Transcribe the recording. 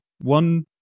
one